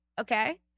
okay